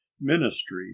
ministry